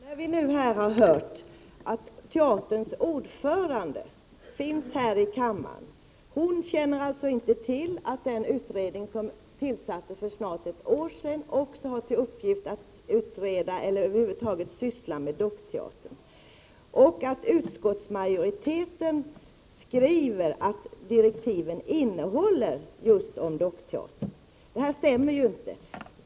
Herr talman! Jag vill åter ta upp dockteatern. Vi har hört att teaterns ordförande finns här i kammaren. Hon känner inte till att den utredning som tillsattes för snart ett år sedan också hade till uppgift att syssla med dockteatern. Men utskottsmajoriteten skriver att direktiven tar upp just dockteatern. Detta stämmer inte.